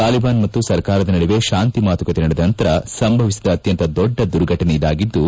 ತಾಲಿಬಾನ್ ಮತ್ನು ಸರ್ಕಾರದ ನಡುವೆ ಶಾಂತಿ ಮಾತುಕತೆ ನಡೆದ ನಂತರ ಸಂಭವಿಸಿದ ಅತ್ನಂತ ದೊಡ್ಡ ದುರ್ಘಟನೆ ಇದಾಗಿದ್ಲು